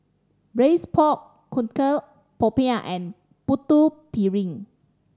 Braised Pork Knuckle popiah and Putu Piring